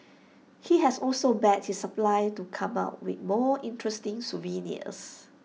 he has also begged his suppliers to come up with more interesting souvenirs